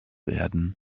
werden